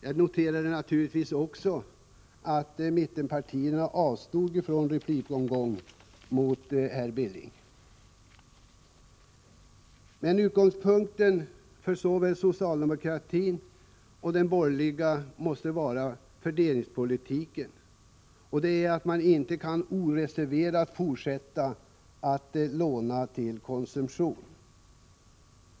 Jag noterar naturligtvis också att mittenpartierna avstod från en replikomgång mot herr Billing. Men utgångspunkten för såväl socialdemokratin som de borgerliga partierna måste vara fördelningspolitiken. Vi kan inte oreserverat fortsätta att låna till konsumtion.